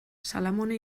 salamone